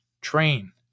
Train